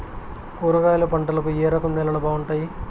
కూరగాయల పంటలకు ఏ రకం నేలలు బాగుంటాయి?